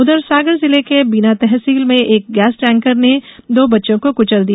उधर सागर जिले के बीना तहसील में एक गैस टैंकर ने दो बच्चों को कुचल दिया